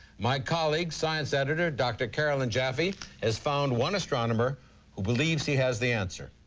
my colleague science editor dr. caroline jaffe has found one astronomer who believes he has the answer.